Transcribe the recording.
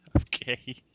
Okay